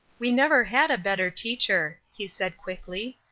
we never had a better teacher, he said, quickly.